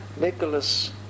Nicholas